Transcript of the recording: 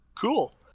Cool